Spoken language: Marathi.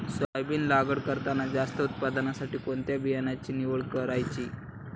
सोयाबीन लागवड करताना जास्त उत्पादनासाठी कोणत्या बियाण्याची निवड करायची?